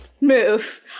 move